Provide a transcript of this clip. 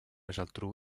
geltrú